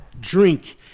drink